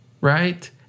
Right